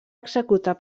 executar